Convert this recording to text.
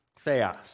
Theos